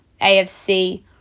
AFC